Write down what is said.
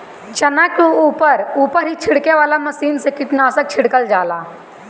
चना के ऊपर ऊपर ही छिड़के वाला मशीन से कीटनाशक छिड़कल जाला